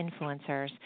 influencers